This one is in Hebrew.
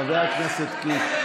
חבר הכנסת קיש,